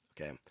okay